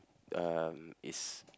um is